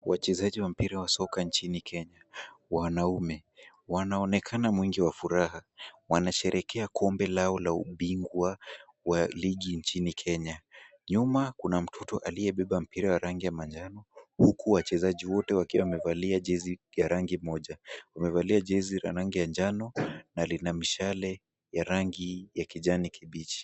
Wachezaji wa mpira wa soka nchini Kenya wanaume. Wanaonekana mwingi wa furaha, wanasherehekea kombe lao la ubingwa wa ligi nchini Kenya. Nyuma kuna mtoto aliyebeba mpira wa rangi ya manjano huku wachezaji wote wakiwa wamevalia jezi ya rangi moja. Wamevalia jezi la rangi ya njano na lina mshale ya rangi ya kijani kibichi.